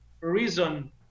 reason